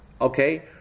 okay